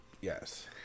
Yes